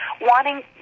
wanting